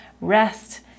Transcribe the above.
Rest